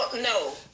no